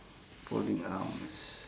folding arms